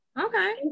Okay